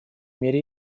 мере